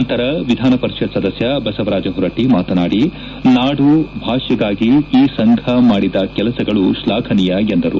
ನಂತರ ವಿಧಾನಪರಿಷತ್ ಸದಸ್ಯ ಬಸವರಾಜ ಹೊರಟ್ಟಿ ಮಾತನಾಡಿ ನಾಡು ಭಾಷೆಗಾಗಿ ಈ ಸಂಘ ಮಾಡಿದ ಕೆಲಸಗಳು ಶ್ಲಾಫನೀಯ ಎಂದರು